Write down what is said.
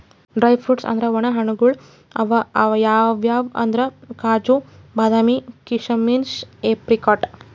dry fruits ಅಂದ್ರ ವಣ ಹಣ್ಣ್ಗಳ್ ಅವ್ ಯಾವ್ಯಾವ್ ಅಂದ್ರ್ ಕಾಜು, ಬಾದಾಮಿ, ಕೀಶಮಿಶ್, ಏಪ್ರಿಕಾಟ್